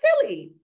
silly